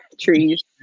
Trees